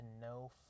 no